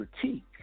critique